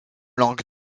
langue